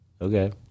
Okay